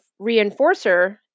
reinforcer